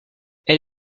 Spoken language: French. elle